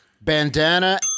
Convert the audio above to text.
Bandana